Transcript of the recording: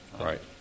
Right